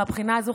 מהבחינה הזו,